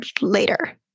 later